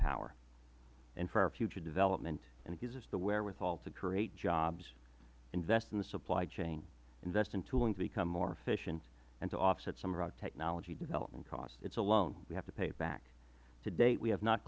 windpower and for our future development and it gives us the wherewithal to create jobs invest in the supply chain invest in tooling to become more efficient and to offset some of our technology development costs it is a loan we have to pay it back to date we have not